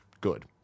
good